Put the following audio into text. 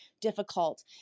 difficult